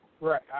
Right